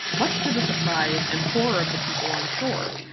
much to the surprise and horror of the people on shore,